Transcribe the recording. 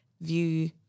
view